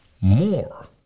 more